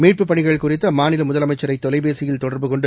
மீட்புப் பணிகள் குறித்துஅம்மாநிலமுதலமைச்சரைதொலைபேசியில் தொடர்பு கொண்டு